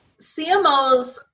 CMOs